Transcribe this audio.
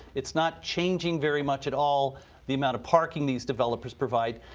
it's not changing very much at all the amount of parking these developers provide.